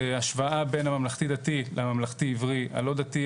השוואה בין הממלכתי דתי לממלכתי עברי הלא דתי,